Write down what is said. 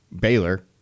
Baylor